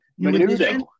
Menudo